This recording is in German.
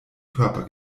körper